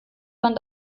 man